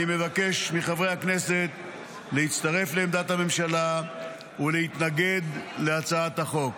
אני מבקש מחברי הכנסת להצטרף לעמדת הממשלה ולהתנגד להצעת החוק.